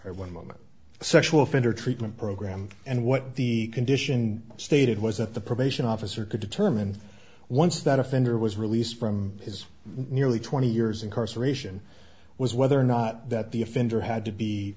sexual one moment sexual offender treatment program and what the condition stated was that the probation officer could determine once that offender was released from his nearly twenty years incarceration was whether or not that the offender had to be